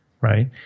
Right